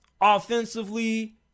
offensively